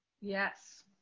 Yes